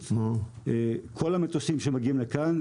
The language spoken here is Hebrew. כל המטוסים שמגיעים לכאן,